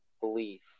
belief